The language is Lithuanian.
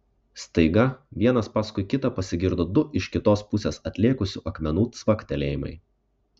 staiga vienas paskui kitą pasigirdo du iš kitos pusės atlėkusių akmenų cvaktelėjimai